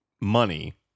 money